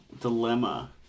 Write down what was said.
dilemma